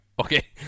okay